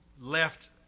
left